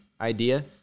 idea